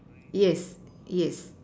yes yes